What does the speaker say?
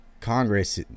Congress